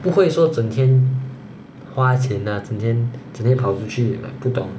不会说整天花钱啦整天整天跑出去 like 不懂